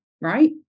right